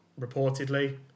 reportedly